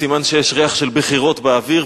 סימן שיש ריח של בחירות באוויר,